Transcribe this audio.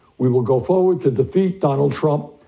we will go forward to defeat donald trump,